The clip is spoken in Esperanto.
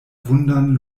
vundan